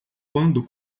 quando